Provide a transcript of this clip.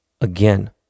again